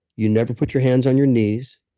you never put your hands on your knees,